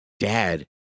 dad